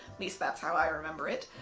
least that's how i remember it.